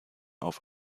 auf